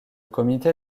comité